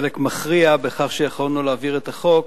חלק מכריע בכך שיכולנו להעביר את החוק.